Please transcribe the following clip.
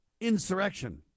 insurrection